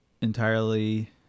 entirely